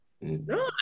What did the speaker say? No